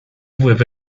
live